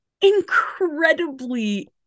incredibly